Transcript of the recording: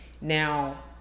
now